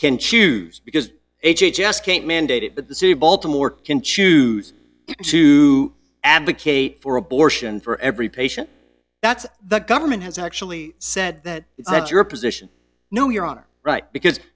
can choose because h h s can't mandate it but the city of baltimore can choose to advocate for abortion for every patient that's the government has actually said that that's your position no your honor right because